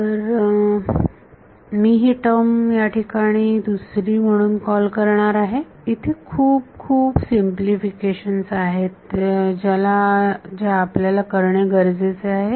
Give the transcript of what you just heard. तर मी ही टर्म याठिकाणी दुसरी म्हणून कॉल करणार आहे इथे खूप खूप सिंपलिफिकेशन आहेत ज्या आपल्याला करणे गरजेचे आहे